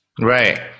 Right